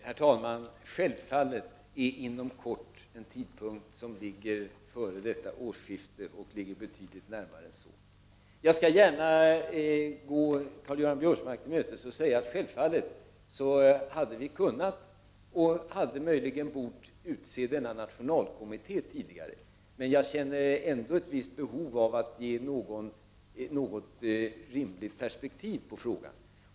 Herr talman! Självfallet är ”inom kort” en tidpunkt som ligger före detta årsskifte och betydligt närmare än så. Jag skall gärna gå Karl-Göran Biörsmark till mötes och säga att vi självfallet hade kunnat och möjligen hade bort utse denna nationalkommitté tidigare, men jag kände ändå ett visst behov av att ge ett rimligt perspektiv på frågan.